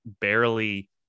barely